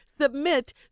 Submit